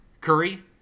Curry